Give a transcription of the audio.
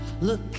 look